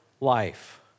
life